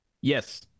Yes